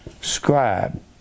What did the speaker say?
Scribe